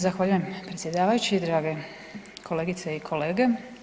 Zahvaljujem predsjedavajući, drage kolegice i kolege.